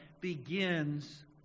begins